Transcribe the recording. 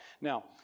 Now